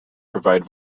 provide